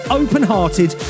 open-hearted